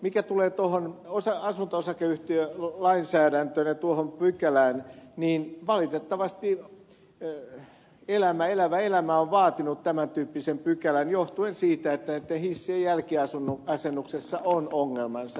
mitä tulee asunto osakeyhtiölainsäädäntöön ja tuohon pykälään niin valitettavasti elävä elämä on vaatinut tämän tyyppisen pykälän johtuen siitä että hissien jälkiasennuksessa on ongelmansa